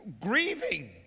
grieving